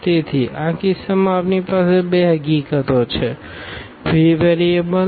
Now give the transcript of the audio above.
તેથી આ કિસ્સામાં આપણી પાસે બે હકીકતો છે ફ્રી વેરિયેબલ્સ